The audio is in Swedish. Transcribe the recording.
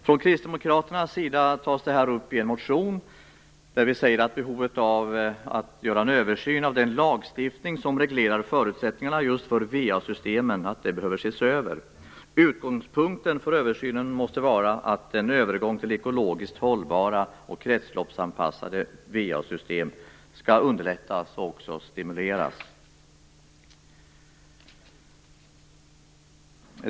Från kristdemokraternas sida tas detta upp i en motion där vi uttalar behovet av att göra en översyn av den lagstiftning som reglerar förutsättningarna just för va-systemen. Utgångspunkten för översynen måste vara att en övergång till ekologiskt hållbara och kretsloppsanpassade va-system skall underlättas och stimuleras.